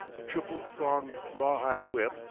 triple-thonged, raw-hide whip,